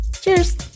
Cheers